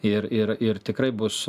ir ir ir tikrai bus